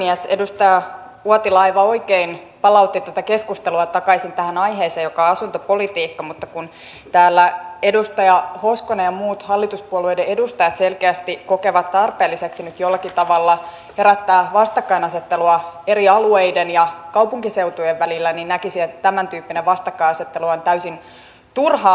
edustaja uotila aivan oikein palautti tätä keskustelua takaisin tähän aiheeseen joka on asuntopolitiikka mutta kun täällä edustaja hoskonen ja muut hallituspuolueiden edustajat selkeästi kokevat tarpeelliseksi nyt jollakin tavalla herättää vastakkainasettelua kaupunkiseutujen ja muiden alueiden välillä niin näkisin että tämäntyyppinen vastakkainasettelu on täysin turhaa